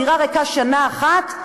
דירה ריקה שנה אחת,